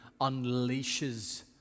unleashes